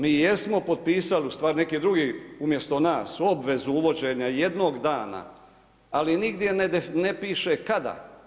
Mi jesmo potpisali, u stvari neki drugi umjesto nas, obvezu uvođenja jednog dana, ali nigdje ne piše kada.